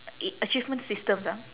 i~ achievement systems ah